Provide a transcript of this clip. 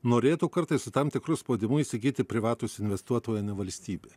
norėtų kartais su tam tikru spaudimu įsigyti privatūs investuotojai o ne valstybė